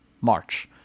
March